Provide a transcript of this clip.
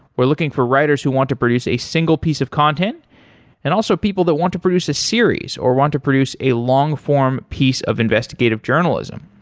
we're looking for writers who want to produce a single piece of content and also people that want to produce a series, or want to produce a long-form piece of investigative journalism.